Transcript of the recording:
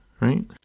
right